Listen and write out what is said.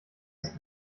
ist